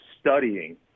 studying